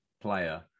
player